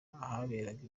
ahaberaga